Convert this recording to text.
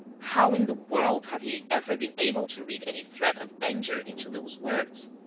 how in the world had he ever been able to read any threat of danger into those words!